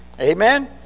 Amen